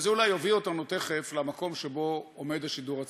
זה אולי יביא אותנו תכף למקום שבו עומד השידור הציבורי.